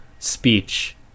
speech